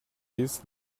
this